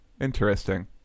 Interesting